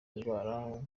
indwara